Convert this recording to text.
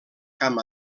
camp